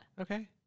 Okay